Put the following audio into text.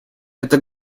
это